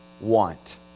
want